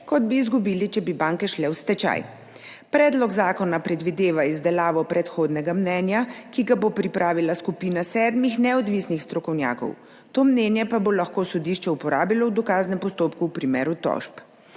kot bi izgubili, če bi banke šle v stečaj. Predlog zakona predvideva izdelavo predhodnega mnenja, ki ga bo pripravila skupina sedmih neodvisnih strokovnjakov. To mnenje pa bo lahko sodišče uporabilo v dokaznem postopku v primeru tožb.